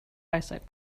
eyesight